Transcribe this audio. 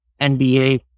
NBA